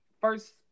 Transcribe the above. first